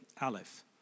Aleph